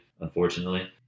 unfortunately